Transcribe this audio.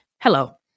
hello